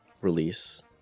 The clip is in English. release